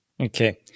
Okay